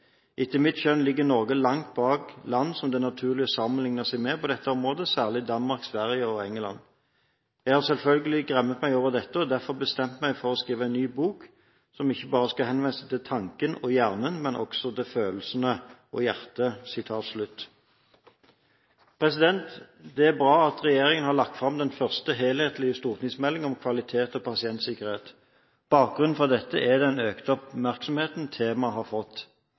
Etter mitt skjønn ligger Norge langt bak land som det er naturlig å sammenlikne seg med på dette området, særlig Danmark, Sverige og England. Jeg har selvfølgelig gremmet meg over dette, og derfor bestemte jeg meg for å skrive en ny bok som ikke bare skulle henvende seg til tanken og hjernen, men også til følelsene og hjertet.» Det er bra at regjeringen har lagt fram den første helhetlige stortingsmeldingen om kvalitet og pasientsikkerhet. Bakgrunnen for dette er den økte oppmerksomheten temaet har fått.